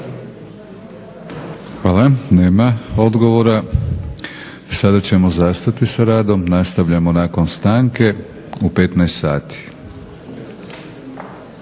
Hvala. Nema odgovora. Sada ćemo zastati sa radom. Nastavljamo nakon stanke u 15,00 sati.